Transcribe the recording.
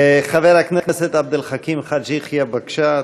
חבר הכנסת עבד אל חכים חאג' יחיא, בבקשה.